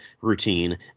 routine